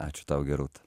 ačiū tau gerūta